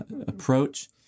approach